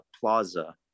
plaza